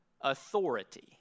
authority